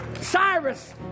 Cyrus